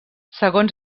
segons